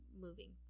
moving